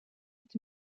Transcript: het